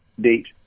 date